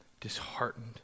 disheartened